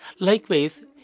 Likewise